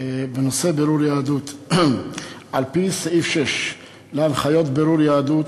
בנושא בירור יהדות: על-פי סעיף 6 להנחיות בירור יהדות,